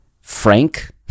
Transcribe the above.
frank